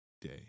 day